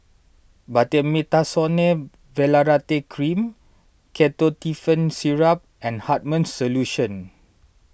Betamethasone Valerate Cream Ketotifen Syrup and Hartman's Solution